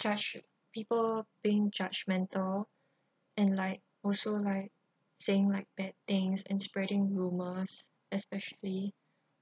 judge~ people being judgmental and like also like saying like bad things and spreading rumors especially